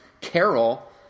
Carol